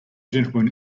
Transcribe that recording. gentleman